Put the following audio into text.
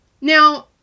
Now